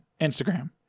Instagram